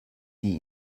die